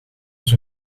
was